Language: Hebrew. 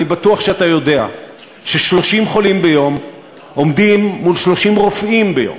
אני בטוח שאתה יודע ש-30 חולים ביום עומדים מול 30 רופאים ביום